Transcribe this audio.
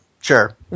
Sure